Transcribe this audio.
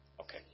Okay